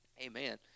Amen